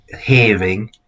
hearing